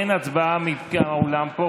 אין הצבעה מהאולם פה,